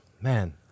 man